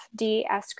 FDS